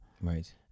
Right